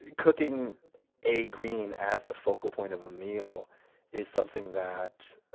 cooking a green as the focal point of a meal is something that